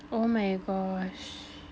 oh my gosh